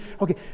Okay